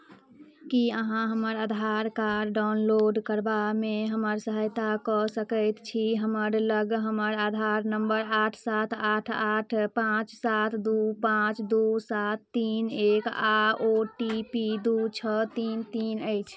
की अहाँ हमर Aadhaar card download करबामे हमर सहायता कऽ सकैत छी हमर लग हमर आधार नम्बर आठ सात आठ आठ पाँच सात दू पाँच दू सात तीन एक आ ओ टी पी दू छओ तीन तीन अछि